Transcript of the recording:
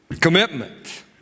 commitment